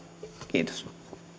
kiitos